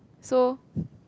so